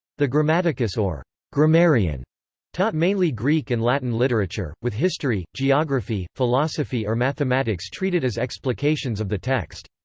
the grammaticus or grammarian taught mainly greek and latin literature, with history, geography, philosophy or mathematics treated as explications of the text.